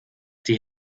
die